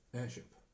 airship